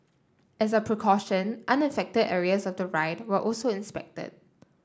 as a precaution unaffected areas of the ride were also inspected